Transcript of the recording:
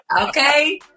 Okay